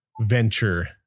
venture